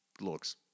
looks